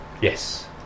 Yes